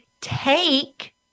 take